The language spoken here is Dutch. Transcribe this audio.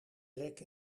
rek